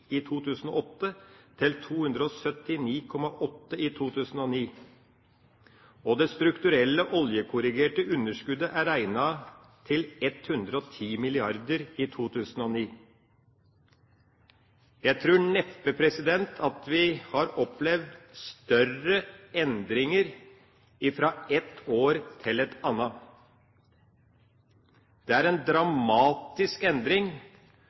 i 2008 til 279,8 mrd. kr i 2009. Det strukturelle oljekorrigerte underskuddet er regnet til 110 mrd. kr i 2009. Jeg tror neppe at vi har opplevd større endringer fra ett år til et annet. Det er en dramatisk endring